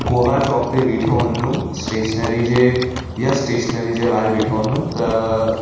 गोगा चौक ते ॿिठो हूंदुंमि स्टेशनरी जे यश स्टेशनरी जे ॿाहिरि ॿिठो हूंदुंमि त